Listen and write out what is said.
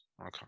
okay